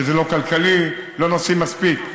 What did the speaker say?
שזה לא כלכלי, שלא נוסעים מספיק.